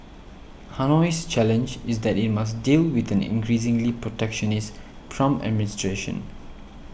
Hanoi's challenge is that it must deal with an increasingly protectionist Trump administration